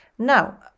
now